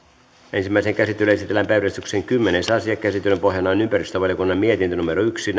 ensimmäiseen käsittelyyn esitellään päiväjärjestyksen kymmenes asia käsittelyn pohjana on ympäristövaliokunnan mietintö yksi